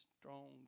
strong